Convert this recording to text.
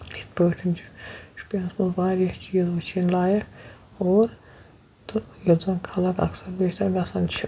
یِتھ پٲٹھۍ چھِ شُپیَنَس منٛز واریاہ چیٖز وٕچھِنۍ لایق اور تہٕ یوٚت زَن خلق اکثر بیش تَر گژھان چھِ